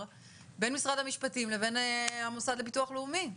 בין משרד המשפטים לבין המוסד לביטוח לאומי.